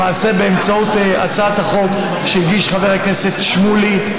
באמצעות הצעת החוק שהגיש חבר הכנסת שמולי,